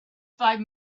five